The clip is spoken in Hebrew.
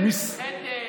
ונסחטת.